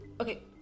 okay